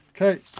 Okay